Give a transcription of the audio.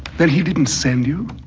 then he didn't send you?